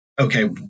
okay